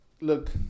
Look